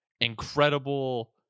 incredible